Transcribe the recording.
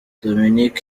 dominic